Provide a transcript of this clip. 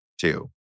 two